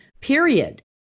period